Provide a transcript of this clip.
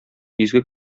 изге